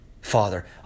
Father